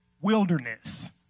wilderness